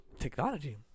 Technology